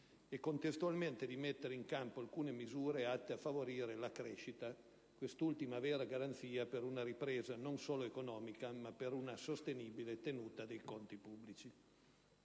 e contestualmente di mettere in campo alcune misure atte a favorire la crescita, quest'ultima vera garanzia non solo per una ripresa economica, ma per una sostenibile tenuta dei conti pubblici.